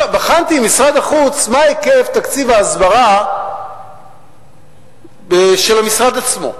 בחנתי עם משרד החוץ מה היקף תקציב ההסברה של המשרד עצמו,